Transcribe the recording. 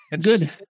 good